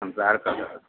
भनसार कटत